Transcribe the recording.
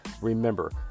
Remember